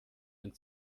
ein